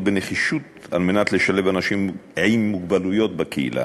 בנחישות על מנת לשלב אנשים עם מוגבלויות בקהילה.